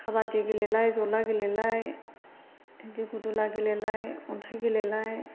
खाबादि गेलेलाय जला गेलेलाय बेदि फुथुला गेलेलाय अन्थाइ गेलेलाय